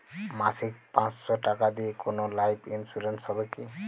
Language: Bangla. মাসিক পাঁচশো টাকা দিয়ে কোনো লাইফ ইন্সুরেন্স হবে কি?